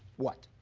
what?